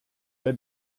der